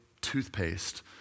toothpaste